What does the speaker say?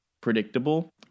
predictable